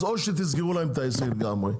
אז או שתסגרו להם את העסק גם כן,